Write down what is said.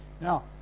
Now